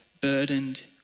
burdened